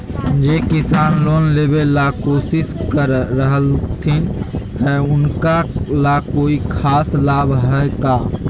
जे किसान लोन लेबे ला कोसिस कर रहलथिन हे उनका ला कोई खास लाभ हइ का?